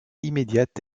immédiate